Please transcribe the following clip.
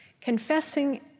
confessing